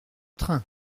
train